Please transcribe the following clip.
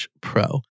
Pro